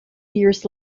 years